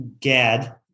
Gad